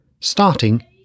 Starting